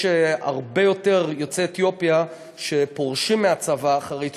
יש הרבה יותר יוצאי אתיופיה שפורשים מהצבא אחרי תקופה,